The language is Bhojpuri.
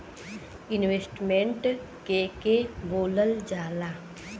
इन्वेस्टमेंट के के बोलल जा ला?